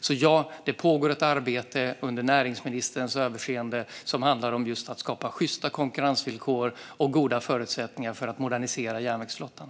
Det pågår alltså ett arbete under näringsministerns överinseende som handlar just om att skapa sjysta konkurrensvillkor och goda förutsättningar för att modernisera järnvägsflottan.